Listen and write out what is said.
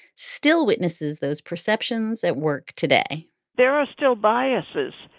still witnesses those perceptions at work today there are still biases.